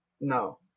No